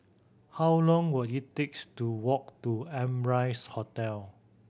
how long will it takes to walk to Amrise Hotel